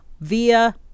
via